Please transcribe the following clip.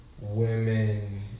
women